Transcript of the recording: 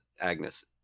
Agnes